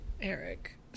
Eric